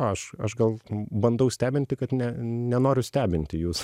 aš aš gal bandau stebinti kad ne nenoriu stebinti jus